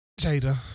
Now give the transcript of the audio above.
Jada